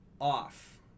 off